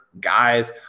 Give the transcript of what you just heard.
guys